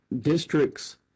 districts